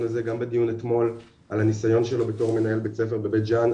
הזה וגם בדיון אתמול על הניסיון שלו בתור מנהל בית ספר בבית ג'אן,